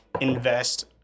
invest